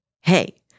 hey